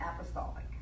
apostolic